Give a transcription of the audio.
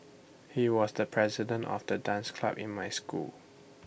he was the president of the dance club in my school